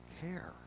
care